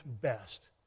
best